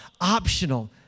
optional